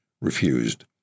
refused